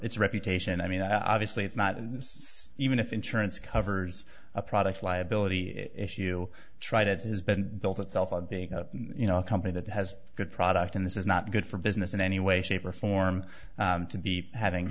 its reputation i mean obviously it's not even if insurance covers a product liability issue tried it has been built itself on you know a company that has a good product and this is not good for business in any way shape or form to be having